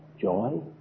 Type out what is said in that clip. joy